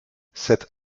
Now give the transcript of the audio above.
cet